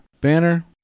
banner